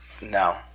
no